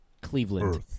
Cleveland